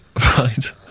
right